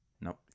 Nope